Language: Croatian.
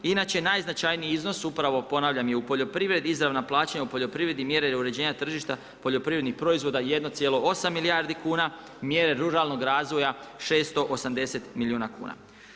Inače najznačajniji iznos upravo ponavljam i u poljoprivredi, izravna plaćanja u poljoprivredi, mjere uređenja tržišta poljoprivrednih proizvoda 1,8 milijardi kuna, mjere ruralnog razvoja 680 milijuna kuna.